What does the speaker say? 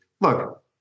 look